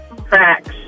Cracks